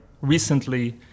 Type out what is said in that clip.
recently